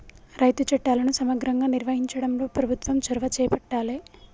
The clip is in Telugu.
రైతు చట్టాలను సమగ్రంగా నిర్వహించడంలో ప్రభుత్వం చొరవ చేపట్టాలె